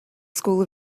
school